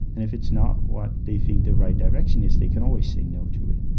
and if it's not what they think the right direction is, they can always say no to it.